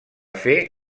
fer